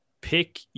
pick